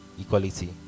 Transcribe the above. equality